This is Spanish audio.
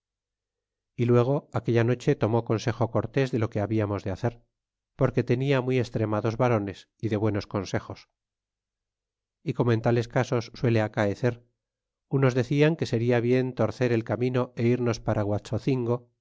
y luego aquella noche tomó consejo cortés de lo que hablamos de hacer porque tenia muy extremados varones y de buenos consejos y como en tales casos suele acaecer unos decian que seria bien torcer el camino é irnos para guaxocingo